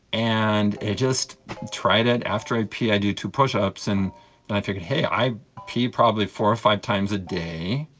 and i just tried it, after i pee i do two push-ups, and and i figure, hey, i pee probably four or five times a day,